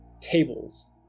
tables